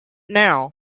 now